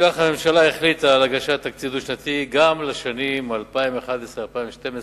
לפיכך החליטה הממשלה על הגשת תקציב דו-שנתי גם לשנים 2011 2012,